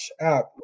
app